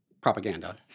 propaganda